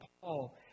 Paul